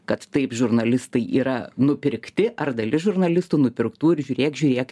kad taip žurnalistai yra nupirkti ar dalis žurnalistų nupirktų ir žiūrėk žiūrėk